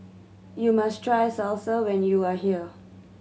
you must try Salsa when you are here